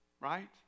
right